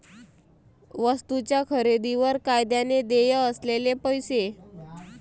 वस्तूंच्या खरेदीवर कायद्याने देय असलेले पैसे